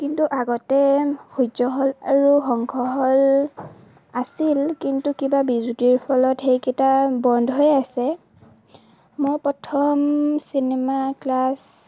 কিন্ত আগতে সূ্ৰ্য্য হল আৰু শংখ হল আছিল কিন্তু কিবা বিজুতিৰ ফলত সেইকেইটা বন্ধই আছে মই প্ৰথম চিনেমা ক্লাছ